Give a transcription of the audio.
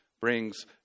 brings